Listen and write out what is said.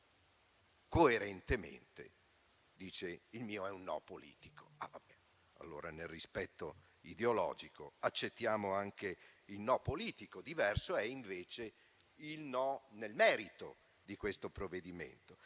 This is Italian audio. fine coerentemente dice: «Il mio è un no politico». Allora, nel rispetto ideologico accettiamo anche il no politico; diverso è invece il no nel merito di questo provvedimento.